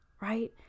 right